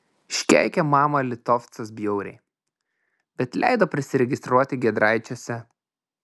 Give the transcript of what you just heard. iškeikė mamą litovcas bjauriai bet leido prisiregistruoti giedraičiuose